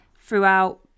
Throughout